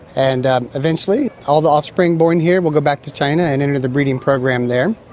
and eventually all the offspring born here will go back to china and enter the breeding program there.